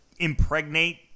impregnate